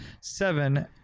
Seven